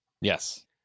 Yes